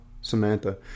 Samantha